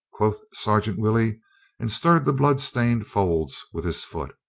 quoth sergeant willey and stirred the blood stained folds with his foot.